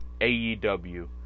AEW